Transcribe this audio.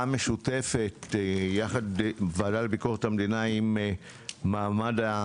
המשותפת של הוועדה לביקורת המדינה ולוועדה למעמד האישה.